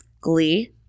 Glee